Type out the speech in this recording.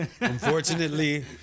Unfortunately